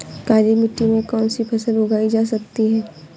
काली मिट्टी में कौनसी फसल उगाई जा सकती है?